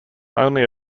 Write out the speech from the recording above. only